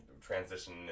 transition